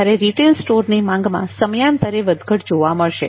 જ્યારે રિટેઇલ સ્ટોર્સની માંગમાં સમયાંતરે વધઘટ જોવા મળશે